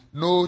no